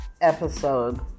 episode